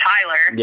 Tyler